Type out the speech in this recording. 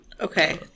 Okay